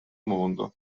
mondo